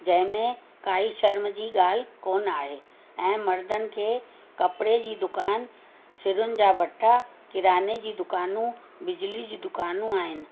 जंहिं में काई शर्म जी ॻाल्हि कोन आहे ऐं मर्दनि खे कपिड़े जी दुकान सिरियुनि जा भठ्ठा किराने जी दुकानू बिजली जी दुकानू आहिनि